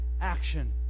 action